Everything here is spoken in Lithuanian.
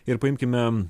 ir paimkime